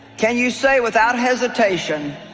can you say without hesitation